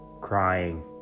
crying